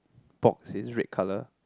box is red colour